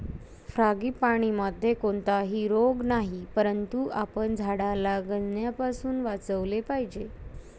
फ्रांगीपानीमध्ये कोणताही रोग नाही, परंतु आपण झाडाला गंजण्यापासून वाचवले पाहिजे